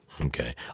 Okay